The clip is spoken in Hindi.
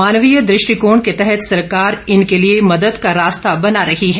मानवीय दृष्टकोण के तहत सरकार इनके लिए मदद का रास्ता बना रही है